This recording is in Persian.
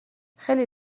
خیلی